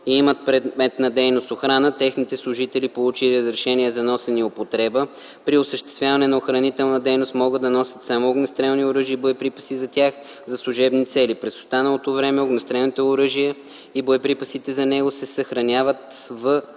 и имат предмет на дейност охрана, техните служители, получили разрешение за носене и употреба, при осъществяване на охранителна дейност могат да носят само огнестрелни оръжия и боеприпаси за тях за служебни цели. През останалото време огнестрелното оръжие и боеприпасите за него се съхраняват в